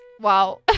Wow